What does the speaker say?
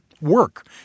Work